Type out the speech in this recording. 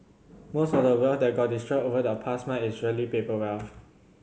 most of the wealth that got destroyed over the past month is really paper wealth